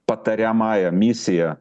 patariamąją misiją